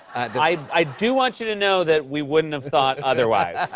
i i do want you to know that we wouldn't have thought otherwise.